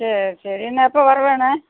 சரி சரி நான் எப்போ வரவேணும்